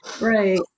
Right